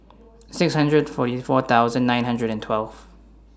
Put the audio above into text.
six hundred forty four thousand nine hundred and twelve